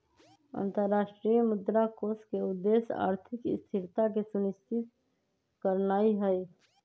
अंतरराष्ट्रीय मुद्रा कोष के उद्देश्य आर्थिक स्थिरता के सुनिश्चित करनाइ हइ